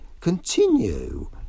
continue